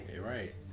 right